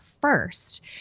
first